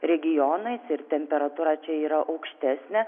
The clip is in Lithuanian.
regionais ir temperatūra čia yra aukštesnė